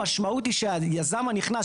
המשמעות היא שהיזם הנכנס,